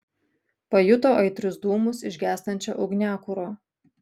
pajuto aitrius dūmus iš gęstančio ugniakuro